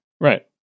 Right